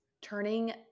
turning